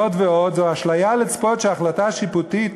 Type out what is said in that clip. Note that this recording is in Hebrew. זאת ועוד, זו אשליה לצפות שהחלטה שיפוטית